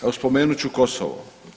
Evo, spomenut ću Kosovo.